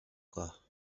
کاه